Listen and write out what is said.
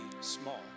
small